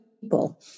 people